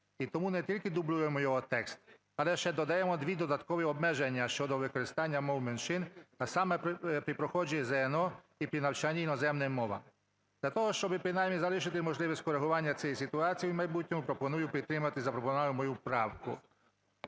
і тому не тільки дублюємо його текст, але ще додаємо два додаткових обмеження щодо використання мов меншин, а саме при проходженні ЗНО і при навчанні іноземної мови. Для того, щоб принаймні залишити можливість корегування цієї ситуації в майбутньому пропоную підтримати запропоновану мою правку.